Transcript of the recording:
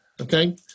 Okay